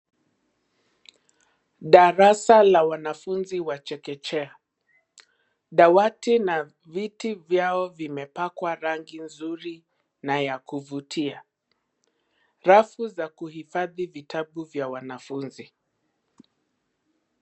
Darasa la wanafunzi wa chekechea. Dawati na viti vyao vimepakwa rangi nzuri na ya kuvutia. Rafu za kuhifadhi vitabu vya wanafunzi.